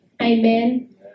Amen